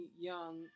young